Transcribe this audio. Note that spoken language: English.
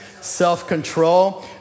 self-control